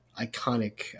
iconic